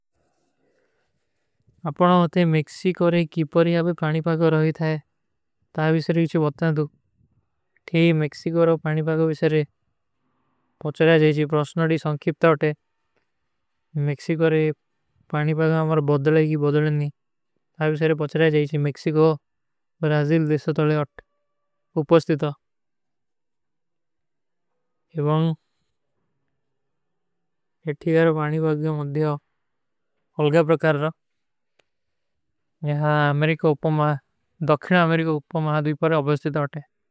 ଅପନା ଅଥେ ମେକ୍ସୀକ ଵରେ କୀପରୀ ଆପେ ପାନୀ ପାଗ ରହୀ ଥାଏ। ତା ଵିଶର ଇଚୀ ବତନା ଦୁ। ଠେ ମେକ୍ସୀକ ଵରେ ପାନୀ ପାଗ ଵିଶର ଏ ପଚଡା ଜାଈଚୀ, ପ୍ରସ୍ଟନାଡୀ ସଂକ୍ଖିପ୍ଟା ଉଠେ। ମେକ୍ସୀକ ଵରେ ପାନୀ ପାଗ ମାର ବଦଲାଈ କୀ ବଦଲନୀ। ତା ଵିଶର ଏ ପଚଡା ଜାଈଚୀ, ମେକ୍ସୀକ ଵରେ ପାନୀ ପାଦ ମାର ବଦଲାଈ କୀ ବଦଲନୀ। ମେକ୍ସୀକ ଵରେ ପାନୀ ପାଦ ମାର ବଦଲାଈ କୀ ବଦଲନୀ। ବ୍ରା। ଜିଲ ଦିସ୍ସା ତୋଲେ ଅଟ। ଉପସ୍ତିତ ଅଟ। ଏବାଁ ଏଠୀଜାର ପାନୀ ପାଗ ମେଂ ଅଲଗା ପ୍ରକାର ରହ। ଯହାଁ ଅମରିକ ଉପମା, ଦକ୍ଷିନ ଅମରିକ ଉପମା ଦୁଈ ପର ଅବସ୍ତିତ ଆଠେ।